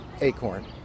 acorn